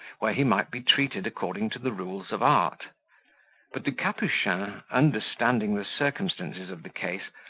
where he might be treated according to the rules of art but the capuchin, understanding the circumstances of the case,